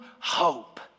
hope